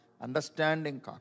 understanding